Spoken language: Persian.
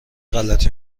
غلطی